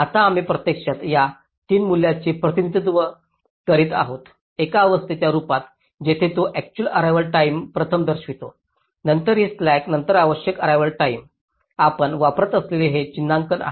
आता आम्ही प्रत्यक्षात या 3 मूल्यांचे प्रतिनिधित्त्व करीत आहोत एका अवस्थेच्या रूपात जेथे तो अक्चुअल अर्रेवाल टाईम प्रथम दर्शवितो नंतर ही स्लॅक नंतर आवश्यक अर्रेवाल टाईम आपण वापरत असलेले हे चिन्हांकन आहे